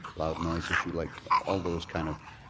loud noise issue, like all those kind of